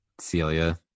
Celia